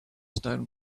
stone